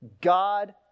God